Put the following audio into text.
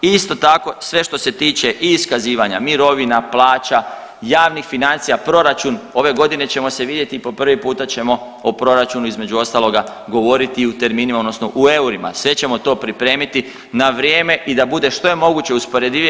I isto tako sve što se tiče i iskazivanja mirovina, plaća, javnih financija, proračun, ove godine ćemo se vidjeti i po prvi puta ćemo o proračunu između ostaloga govoriti i u … [[Govornik se ne razumije]] odnosno u eurima, sve ćemo to pripremiti na vrijeme i da bude što je moguće usporedivije.